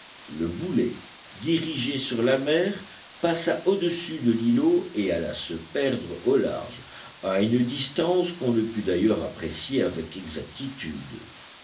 le boulet dirigé sur la mer passa au-dessus de l'îlot et alla se perdre au large à une distance qu'on ne put d'ailleurs apprécier avec exactitude